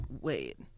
Wait